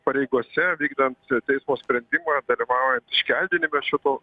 pareigose vykdant teismo sprendimą dalyvaujant iškeldinime šito